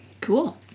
Cool